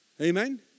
Amen